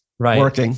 Right